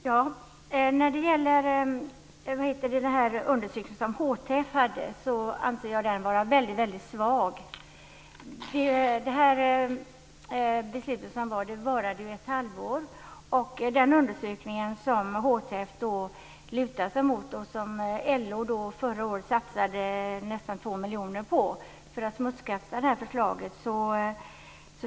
Fru talman! Jag anser att den undersökning som HTF gjorde var väldigt svag. Den gällde ett halvår. Den undersökning som HTF lutade sig emot hade ett väldigt svagt underlag. LO satsade nästan 2 miljoner kronor på denna undersökning för att smutskasta det här förslaget.